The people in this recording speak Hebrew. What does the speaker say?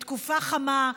בתקופה חמה,